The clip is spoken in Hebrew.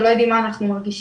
שלא יודעים מה אנחנו מרגישים,